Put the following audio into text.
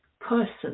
person